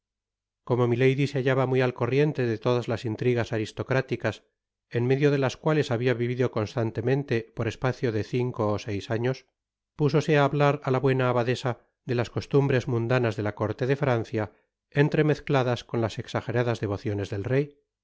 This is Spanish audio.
como milady se hallaba muy al corrienie de todas las intrigas aristocráticas en medio de las cuales habia vivido constantemente por espacio de cinio ó seis años púsose á hablar á la buena abadesa de las cosiurnbres mundanas de la corte de francia entremezcladas con las exageradas devociones del rey